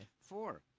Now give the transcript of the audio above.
Four